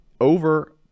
over